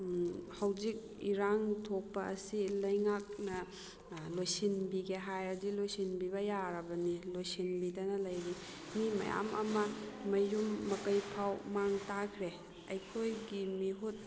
ꯍꯧꯖꯤꯛ ꯏꯔꯥꯡ ꯊꯣꯛꯄ ꯑꯁꯤ ꯂꯩꯉꯥꯛꯅ ꯂꯣꯏꯁꯤꯟꯕꯤꯒꯦ ꯍꯥꯏꯔꯗꯤ ꯂꯣꯏꯁꯤꯟꯕꯤꯕ ꯌꯥꯔꯕꯅꯤ ꯂꯣꯏꯁꯤꯟꯕꯤꯗꯅ ꯂꯩꯔꯤ ꯃꯤ ꯃꯌꯥꯝ ꯑꯃ ꯃꯌꯨꯝ ꯃꯀꯩ ꯐꯥꯎꯕ ꯃꯥꯡ ꯇꯥꯛꯈ꯭ꯔꯦ ꯑꯩꯈꯣꯏꯒꯤ ꯃꯤꯍꯨꯠ